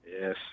Yes